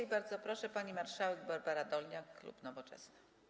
I bardzo proszę, pani marszałek Barbara Dolniak, klub Nowoczesna.